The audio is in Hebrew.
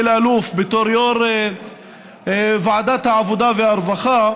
אלאלוף בתור יו"ר ועדת העבודה והרווחה,